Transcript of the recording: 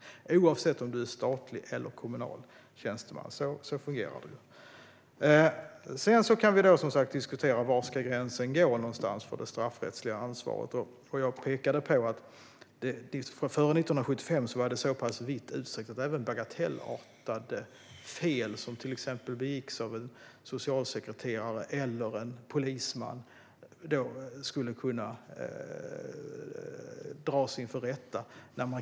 Det fungerar så oavsett om du är statlig eller kommunal tjänsteman. Sedan kan vi diskutera var gränsen för det straffrättsliga ansvaret ska gå. Jag pekade på att före 1975 var det så pass vitt utsträckt att även bagatellartade fel som till exempel begicks av en socialsekreterare eller av en polisman skulle kunna dras inför rätta.